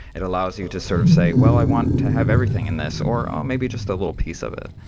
it allows you to sort of say, well, i want to have everything in this, or maybe just a little piece of it.